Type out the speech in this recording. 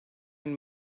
and